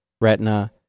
retina